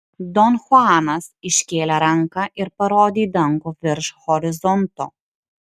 don chuanas iškėlė ranką ir parodė į dangų virš horizonto